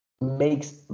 makes